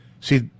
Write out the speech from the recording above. See